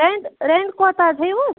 rent رینٛٹ کوتاہ حظ ہیٚیِو